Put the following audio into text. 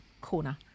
corner